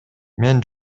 мен